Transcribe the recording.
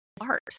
art